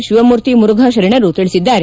ಶಿವಮೂರ್ತಿ ಮುರುಘಾ ಶರಣರು ತಿಳಿಸಿದ್ದಾರೆ